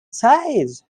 size